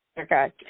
Okay